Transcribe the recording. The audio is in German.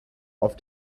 auf